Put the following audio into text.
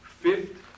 fifth